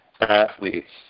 athletes